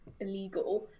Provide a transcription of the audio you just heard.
illegal